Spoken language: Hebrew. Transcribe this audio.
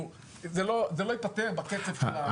זה לא ייפתר בקצב של הפעולות האלה.